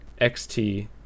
xt